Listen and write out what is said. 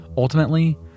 Ultimately